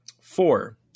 Four